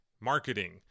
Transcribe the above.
marketing